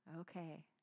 Okay